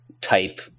type